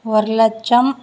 ஒரு லட்சம்